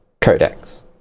Codex